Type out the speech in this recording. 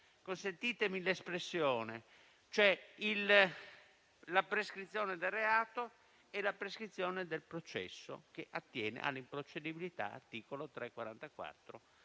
consentitemi l'espressione - e cioè la prescrizione del reato e la prescrizione del processo che attiene all'improcedibilità, secondo